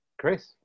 chris